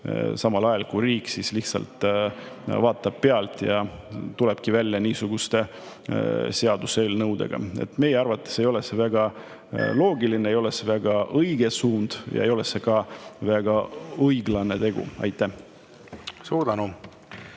samal ajal kui riik lihtsalt vaatab pealt ja tulebki välja niisuguste seaduseelnõudega? Meie arvates ei ole see väga loogiline, see ei ole õige suund ja see ei ole ka väga õiglane tegu. Aitäh! Aitäh,